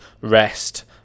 rest